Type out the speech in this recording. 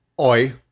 Oi